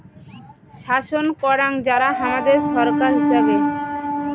শাসন করাং যারা হামাদের ছরকার হিচাবে